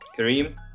Kareem